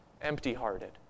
empty-hearted